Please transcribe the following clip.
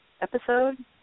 episode